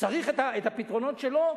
צריך את הפתרונות שלו?